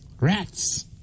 Rats